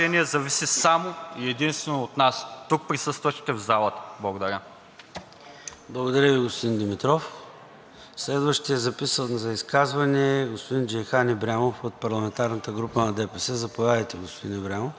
Следващият записан за изказване е господин Джейхан Ибрямов от парламентарната група на ДПС. Заповядайте, господин Ибрямов.